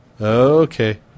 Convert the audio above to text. Okay